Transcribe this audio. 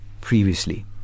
previously